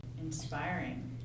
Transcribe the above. Inspiring